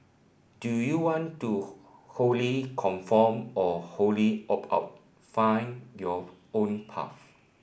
do you want to wholly conform or wholly opt out find your own path